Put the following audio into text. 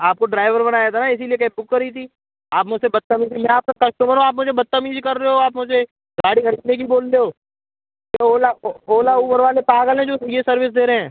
आपको ड्राइवर बनाया था ना इसीलिए कैब बुक करी थी आप मुझसे बदतमीजी मैं आपका कस्टमर हूँ आप मुझे बदतमीजी कर रहे हो आप मुझे गाड़ी खरीदने की बोल रहे हो यह ओला ओला ऊबर वाले पागल हैं जो यह सर्विस दे रहे हैं